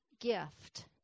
gift